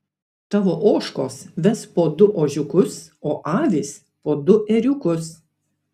tavo ožkos ves po du ožiukus o avys po du ėriukus